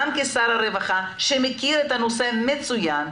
גם כשר הרווחה שמכיר את הנושא מצוין,